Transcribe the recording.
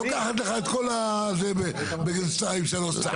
לוקחת לך את כל הזה בשתיים-שלוש צעקות.